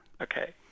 Okay